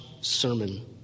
sermon